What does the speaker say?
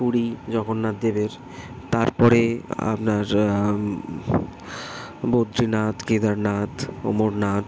পুরী জগন্নাথদেবের তারপরে আপনার বদ্রীনাথ কেদারনাথ অমরনাথ